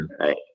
right